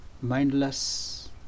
mindless